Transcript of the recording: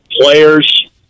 players